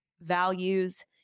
values